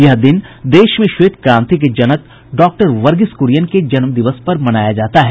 यह दिन देश में श्वेत क्रांति के जनक डॉक्टर वर्गीस कुरियन के जन्मदिवस पर मनाया जाता है